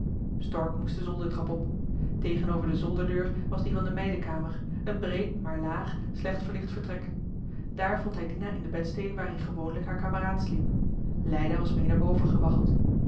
stork moest de zoldertrap op tegenover de zolderdeur was die van de meidenkamer een breed maar laag slecht verlicht vertrek daar vond hij dina in de bedsteê waarin gewoonlijk haar kameraad sliep leida was mee naar boven gewaggeld